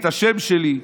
את השם שלי,